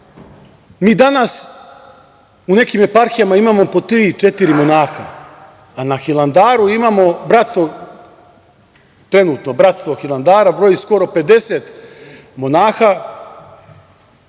mi danas u nekim eparhijama imamo po tri-četiri monaha, a na Hilandaru imamo bratstvo, trenutno bratstvo Hilandara broji skoro 50 monaha